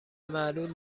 معلول